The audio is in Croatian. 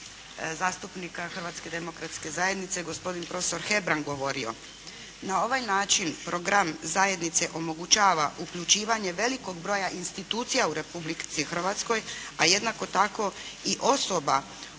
Hrvatske demokratske zajednice gospodin profesor Hebrang govorio. Na ovaj način program zajednice omogućava uključivanje velikog broja institucija u Republici Hrvatskoj a jednako tako i osoba